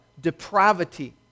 depravity